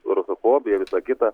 rusofobija visa kita